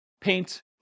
paint